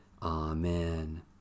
Amen